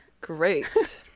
Great